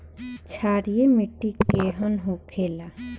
क्षारीय मिट्टी केहन होखेला?